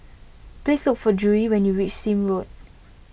please look for Drury when you reach Sime Road